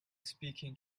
speaking